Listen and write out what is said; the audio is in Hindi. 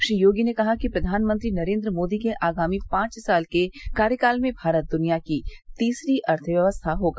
श्री योगी ने कहा कि प्रधानमंत्री नरेन्द्र मोदी के आगामी पांच साल के कार्यकाल में भारत दुनिया की तीसरी अर्थव्यवस्था होगा